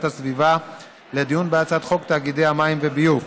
הסביבה לדיון בהצעת חוק תאגידי מים וביוב (תיקון,